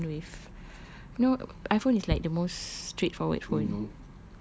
cheap phone with no iphone is like the most straightforward phone